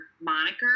moniker